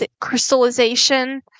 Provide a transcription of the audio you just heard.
Crystallization